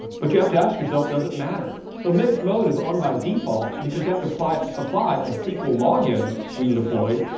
but you have to ask yourself, does it matter? so mixed mode is on by default default because you have to supply supply a sql login when you deploy,